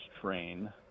train